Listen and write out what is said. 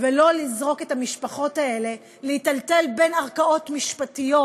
ולא לזרוק את המשפחות האלה להיטלטל בין ערכאות משפטיות,